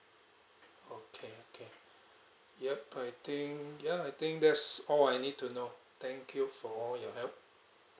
okay okay yup I think ya I think that's all I need to know thank you for your help